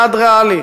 יעד ריאלי.